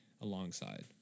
alongside